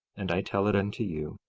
and i tell it unto you,